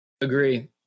agree